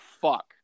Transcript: fuck